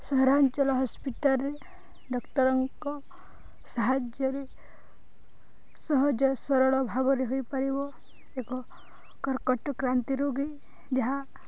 ସହରାଞ୍ଚଳ ହସ୍ପିଟାଲରେ ଡକ୍ଟରଙ୍କ ସାହାଯ୍ୟରେ ସହଜ ସରଳ ଭାବରେ ହୋଇପାରିବ ଏକ କର୍କଟ କ୍ରାନ୍ତି ରୋଗୀ ଯାହା